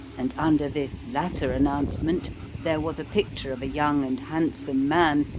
and under this latter announcement there was a picture of a young and handsome man,